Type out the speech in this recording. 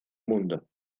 mundo